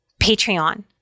Patreon